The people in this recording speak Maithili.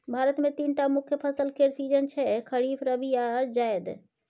भारत मे तीनटा मुख्य फसल केर सीजन छै खरीफ, रबी आ जाएद